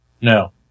No